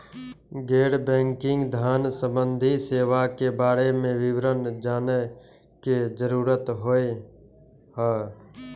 गैर बैंकिंग धान सम्बन्धी सेवा के बारे में विवरण जानय के जरुरत होय हय?